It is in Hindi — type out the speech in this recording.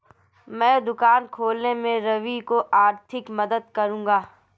मैं दुकान खोलने में रवि की आर्थिक मदद करूंगा